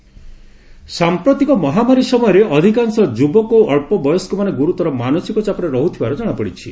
mental health ସାଂପ୍ରତିକ ମହାମାରୀ ସମୟରେ ଅଧିକାଂଶ ଯୁବକ ଓ ଅଳ୍ପ ବୟସ୍କମାନେ ଗୁରୁତର ମାନସିକ ଚାପରେ ରହୁଥିବାର ଜଣାପଡ଼ିଛି